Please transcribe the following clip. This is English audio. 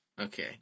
Okay